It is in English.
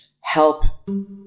help